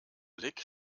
blick